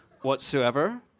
whatsoever